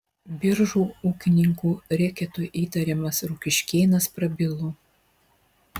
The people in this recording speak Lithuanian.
biržų ūkininkų reketu įtariamas rokiškėnas prabilo